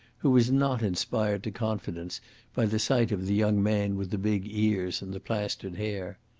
who was not inspired to confidence by the sight of the young man with the big ears and the plastered hair.